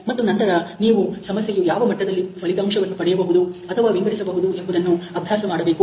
ಮತ್ತು ನಂತರ ನೀವು ಸಮಸ್ಯೆಯೂ ಯಾವ ಮಟ್ಟದಲ್ಲಿ ಫಲಿತಾಂಶವನ್ನು ಪಡೆಯಬಹುದು ಅಥವಾ ವಿಂಗಡಿಸಬಹುದು ಎಂಬುದನ್ನು ಅಭ್ಯಾಸ ಮಾಡಬೇಕು